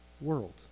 world